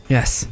Yes